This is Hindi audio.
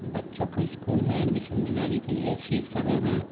बच्चों को इस्कूल में एडमिसन दिलाने के लिए फ़ीस का विवरण